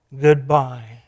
goodbye